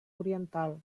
oriental